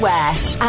West